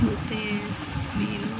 ಮತ್ತು ಮೀನು